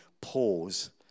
pause